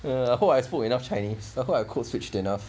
I hope I spoke enough chinese I hope I code switched enough